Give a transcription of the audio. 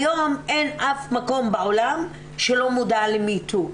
היום אין אף מקום בעולם שלא מודע ל-ME TOO,